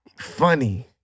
funny